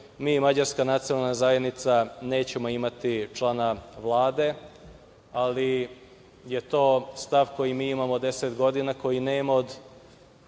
mi, Mađarska nacionalna zajednica, nećemo imati člana Vlade, ali je to stav koji mi imamo 10 godina, koji nije od